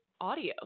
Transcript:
audio